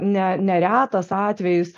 ne neretas atvejis